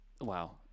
Wow